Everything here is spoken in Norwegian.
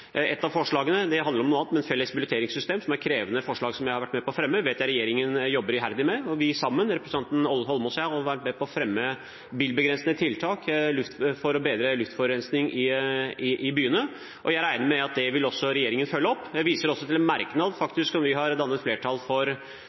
Et av forslagene – som handler om noe annet – felles billetteringssystem, som er et krevende forslag som jeg har vært med på å fremme, vet jeg regjeringen jobber iherdig med, og representanten Eidsvoll Holmås og jeg har sammen vært med på å fremme bilbegrensende tiltak for å bedre luftforurensingen i byene, og jeg regner med at det vil også regjeringen følge opp. Jeg viser også til en merknad der Venstre og Kristelig Folkeparti har dannet flertall sammen med Arbeiderpartiet og Senterpartiet, som nettopp roser Bergen for